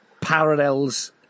parallels